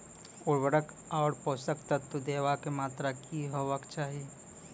उर्वरक आर पोसक तत्व देवाक मात्राकी हेवाक चाही?